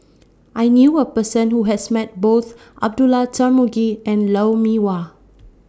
I knew A Person Who has Met Both Abdullah Tarmugi and Lou Mee Wah